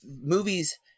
movies